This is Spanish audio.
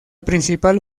principal